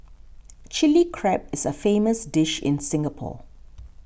Chilli Crab is a famous dish in Singapore